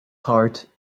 heart